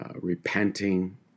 repenting